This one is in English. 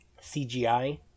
CGI